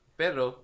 pero